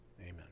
Amen